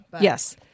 Yes